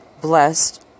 Blessed